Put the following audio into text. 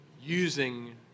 using